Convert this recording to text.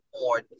more